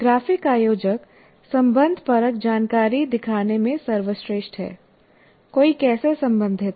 graphic आयोजक संबंधपरक जानकारी दिखाने में सर्वश्रेष्ठ हैं कोई कैसे संबंधित है